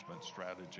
strategy